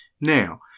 Now